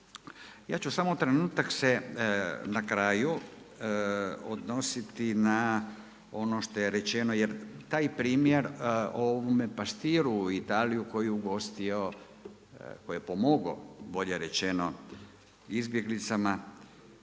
ja ću samo trenutak se na kraju odnositi na ono što je rečeno, jer taj primjer o ovome pastiru u Italiji, koji je ugostio, koji je pomogao, bolje rečeno izbjeglicama,